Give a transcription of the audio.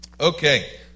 Okay